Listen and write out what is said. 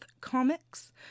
Comics